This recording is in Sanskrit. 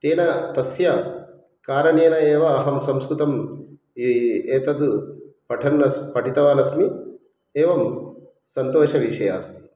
तेन तस्य कारणेन एव अहं संस्कृतं एतद् पठन् अस् पठितवान् अस्मि एवं संतोषविषयः अस्ति